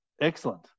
excellent